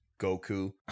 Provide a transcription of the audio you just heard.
goku